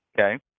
Okay